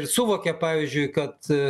ir suvokė pavyzdžiui kad